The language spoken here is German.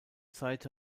seite